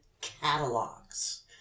catalogs